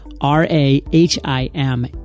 R-A-H-I-M